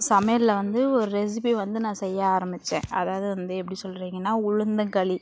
சமையலில் வந்து ஒரு ரெசிபி வந்து நான் செய்ய ஆரம்மிச்சேன் அதாவது வந்து எப்படி சொல்றீங்கன்னால் உளுந்தங்களி